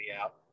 out